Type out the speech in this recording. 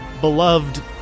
beloved